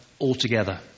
altogether